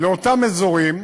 לאותם אזורים,